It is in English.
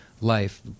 life